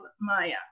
Maya